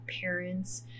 parents